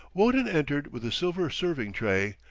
wotton entered with a silver serving tray,